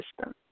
system